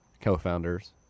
co-founders